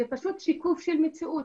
זה פשוט שיקוף של מציאות,